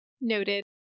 Noted